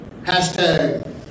Hashtag